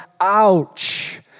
ouch